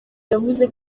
yavuze